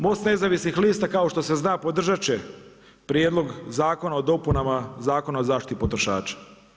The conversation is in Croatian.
MOST nezavisnih lista kao što se zna podržat će Prijedlog zakona o dopunama Zakona o zaštiti potrošača.